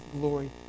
glory